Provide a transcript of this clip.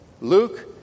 Luke